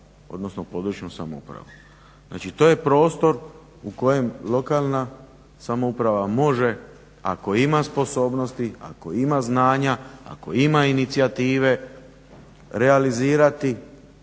odnosno područnu samoupravu. Znači to je prostor u kojem lokalna samouprava može ako ima sposobnosti, ako ima znanja, ako ima inicijative realizirati